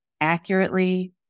accurately